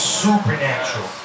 supernatural